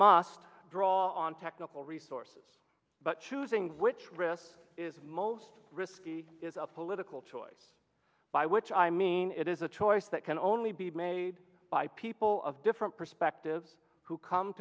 must draw on technical resources but choosing which risk is most risky is a political choice by which i mean it is a choice that can only be made by people of different perspectives who come